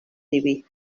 diví